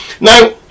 Now